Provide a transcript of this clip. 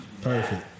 Perfect